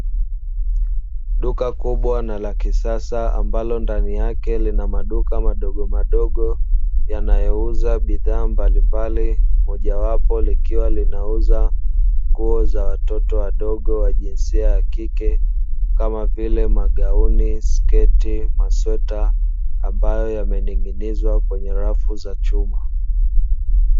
Duka kubwa na la kisasa ambalo ndani yake lina maduka madogomadogo yanayouza bidhaa mbalimbali, moja wapo likiwa linauza nguo tofautitofauti wa jinsia ya kike, kama vile: magauni, sketi, masweta; ambayo yamening'inizwa kwenye rafu za chuma.